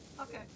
Okay